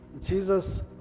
Jesus